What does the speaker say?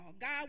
God